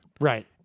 Right